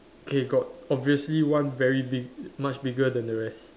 okay got obviously one very big much bigger than the rest